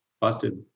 busted